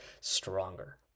stronger